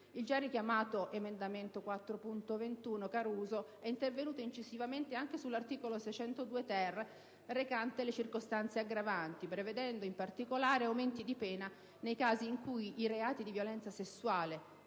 Il già richiamato emendamento 4.21 Caruso è intervenuto incisivamente anche sull'articolo 602-*ter* recante le circostanze aggravanti, prevedendo in particolare aumenti di pena nei casi in cui i reati di violenza sessuale,